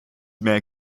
mehr